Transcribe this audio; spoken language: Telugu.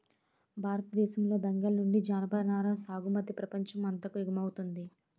భారతదేశం లో బెంగాల్ నుండి జనపనార సాగుమతి ప్రపంచం అంతాకు ఎగువమౌతుంది